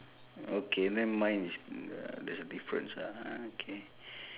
uh the beside the the